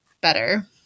better